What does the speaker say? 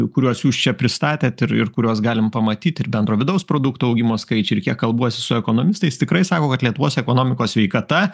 kuriuos jūs čia pristatėt ir ir kuriuos galim pamatyt ir bendro vidaus produkto augimo skaičiai ir kiek kalbuosi su ekonomistais tikrai sako kad lietuvos ekonomikos sveikata